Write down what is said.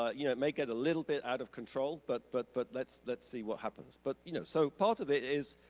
ah you know make it a little bit out of control, but but but let's let's see what happens. but you know so part of it is